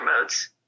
modes